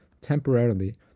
temporarily